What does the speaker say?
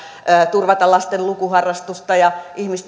turvata lasten lukuharrastusta ja